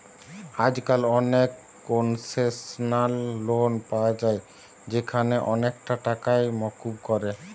আজকাল অনেক concessional loan পায়া যায় যেখানে অনেকটা টাকাই মুকুব করে